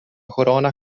corona